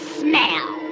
smell